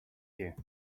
you